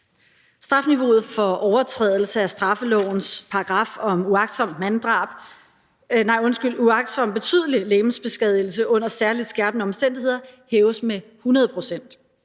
Strafniveauet for overtrædelse af straffelovens paragraf om uagtsom betydelig legemsbeskadigelse under særlig skærpende omstændigheder hæves med 100